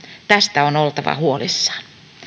tästä on oltava huolissaan